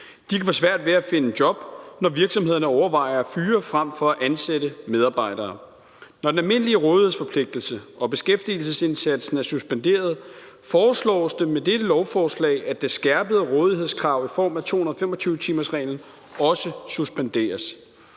De kan få svært ved at finde job, når virksomhederne overvejer at fyre frem for at ansætte medarbejdere. Når den almindelige rådighedsforpligtelse og beskæftigelsesindsatsen er suspenderet, foreslås det med dette lovforslag, at det skærpede rådighedskrav i form af 225-timersreglen også suspenderes.